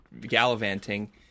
gallivanting